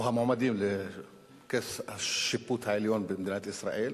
או המועמדים לכס השיפוט העליון במדינת ישראל.